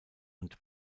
und